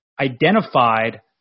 identified